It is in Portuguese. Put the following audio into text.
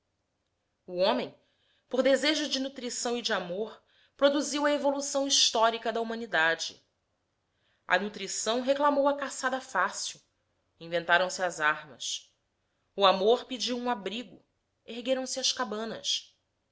homem por desejo de nutrição e de amor produziu a evolução histórica da humanidade a nutrição reclamou a caçada fácil inventaram-se as armas o amor pediu um abrigo ergueram-se as cabanas